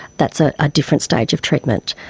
that's a ah different stage of treatment.